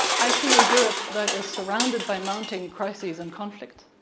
i see a europe that is surrounding by mounting crises and conflict.